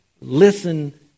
Listen